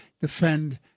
defend